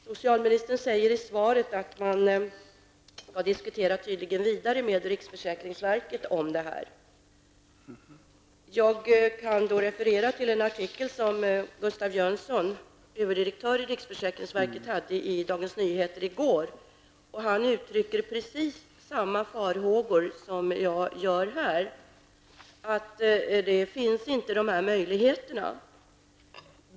Socialministern säger i svaret att man har fortsatt att diskutera denna fråga med riksförsäkringsverket. Jag kan då referera till en artikel av Gustav Jönsson, överdirektör i riksförsäkringsverket, i Dagens Nyheter i går. Han uttrycker precis samma farhågor som jag gör här och säger att dessa möjligheter inte finns.